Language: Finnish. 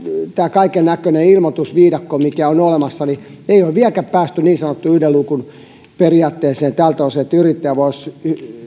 kaikennäköisen ilmoitusviidakon mikä on olemassa osalta ei ole vieläkään päästy niin sanottuun yhden luukun periaatteeseen että yrittäjä voisi